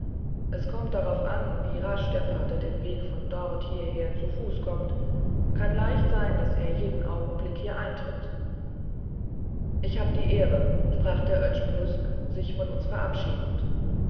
es kommt darauf an wie rasch der pater den weg von dort hierher zu fuß geht kann leicht sein daß er jeden augenblick hier eintritt ich hab die ehr sprach der oetsch brüsk sich von uns verabschiedend